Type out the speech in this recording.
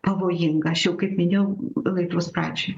pavojinga aš jau kaip minėjau laidos pradžioj